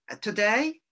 Today